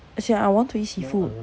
actually I want to eat seafood